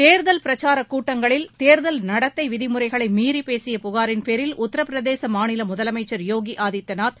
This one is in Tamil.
தேர்தல் பிரச்சாரக் கூட்டங்களில் தேர்தல் நடத்தை விதிமுறைகளை மீறி பேசிய புகாரின் பேரில் உத்தரபிரதேச மாநில முதலமைச்சர் யோகி ஆதித்யநாத்